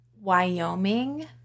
Wyoming